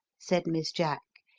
said miss jack.